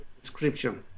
description